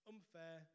Unfair